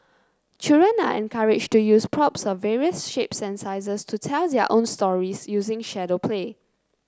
children are encouraged to use props of various shapes and sizes to tell their own stories using shadow play